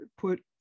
put